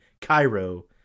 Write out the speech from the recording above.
Cairo